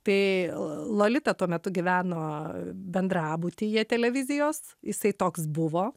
tai lolita tuo metu gyveno bendrabutyje televizijos jisai toks buvo